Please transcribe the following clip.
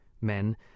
men